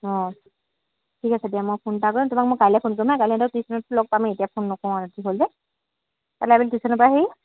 অঁ ঠিক আছে দিয়া মই ফোন এটা কৰিম তোমাক মই কাইলৈ ফোন কৰিম হা কাইলৈ ইহঁতক টিউশ্যনত লগ পামেই এতিয়া ফোন নকৰোঁ আৰু ৰাতি হ'ল যে কাইলৈ আমি টিউশ্যনৰ পৰা আহি